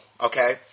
Okay